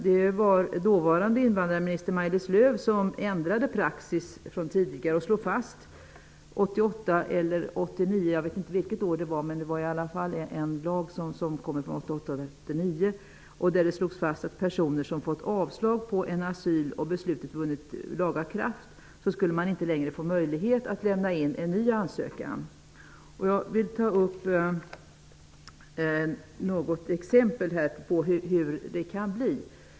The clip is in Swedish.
Det var dåvarande invandrarministern Maj-Lis Lööw som ändrade praxis och en lag från 1988 eller 1989 -- jag vet inte exakt vilket år det var -- slog fast att personer som fått avslag på en asylansökan, och beslutet vunnit laga kraft, inte längre skulle få möjlighet att lämna in en ny ansökan. Jag vill ta upp något exempel på hur det kan bli.